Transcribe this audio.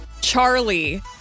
Charlie